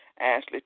Ashley